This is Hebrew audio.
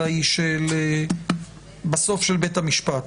אלא של בית המשפט.